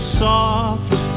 soft